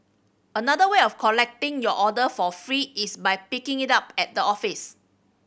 another way of collecting your order for free is by picking it up at the office